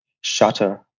shutter